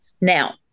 Now